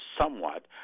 somewhat